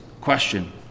question